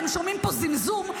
אתם שומעים פה זמזום,